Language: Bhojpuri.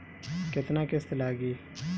केतना किस्त लागी?